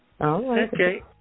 Okay